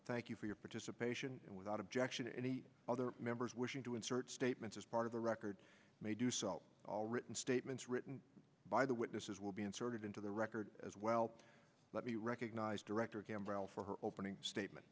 to thank you for your participation and without objection any other members wishing to insert statements as part of the record may do so all written statements written by the witnesses will be inserted into the record as well let me recognize director campbell for her opening statement